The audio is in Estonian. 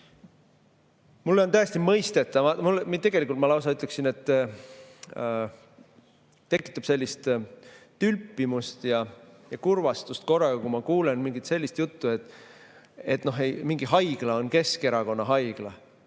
Mulle on täiesti mõistetamatu, ma lausa ütleksin, et tekitab tülpimust ja kurvastust korraga, kui ma kuulen sellist juttu, et mingi haigla on Keskerakonna haigla.